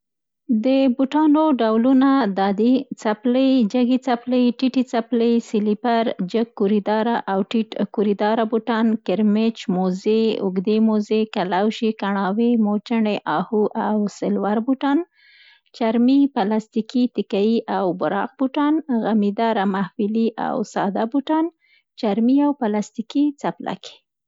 د بوټانو ډولونه دا دي: څپلۍ، جګې څپلۍ، تېتې څپلۍ، سیلپر، جګ کوري داره او ټیټ کوري داره بوټان، کرمیچ، موزې، اوږدې موزې، کولوشې، کڼاوې، موچڼې، اهو او سلور بوټان. چرمي، پلاستکي، تکه یي او براق بوټان .غمیداره محفلي او ساده بوټان. چرمي او پلاستکۍ څپلکې.